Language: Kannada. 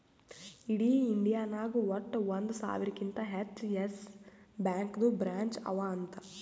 ಇಡೀ ಇಂಡಿಯಾ ನಾಗ್ ವಟ್ಟ ಒಂದ್ ಸಾವಿರಕಿಂತಾ ಹೆಚ್ಚ ಯೆಸ್ ಬ್ಯಾಂಕ್ದು ಬ್ರ್ಯಾಂಚ್ ಅವಾ ಅಂತ್